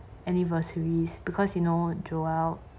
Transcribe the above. anniversaries because you know joel